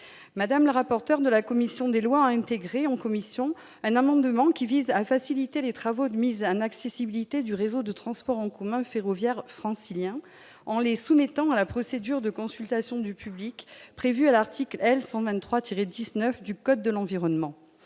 madame, rapporteur de la commission des lois, intégré en commission un amendement qui vise à faciliter les travaux de mise un accessibilité du réseau de transport en commun ferroviaire francilien, en les soumettant à la procédure de consultation du public prévue à l'article L 123 tiré 19 du code de l'environnement,